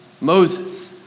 Moses